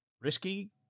Risky